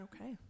Okay